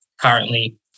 currently